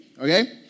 okay